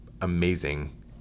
amazing